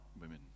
women